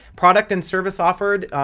product and service offered,